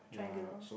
triangular